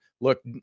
Look